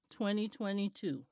2022